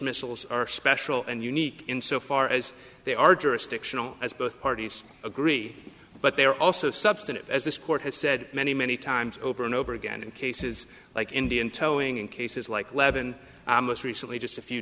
missals are special and unique in so far as they are jurisdictional as both parties agree but they're also substantive as this court has said many many times over and over again in cases like indian toing and cases like levon most recently just a few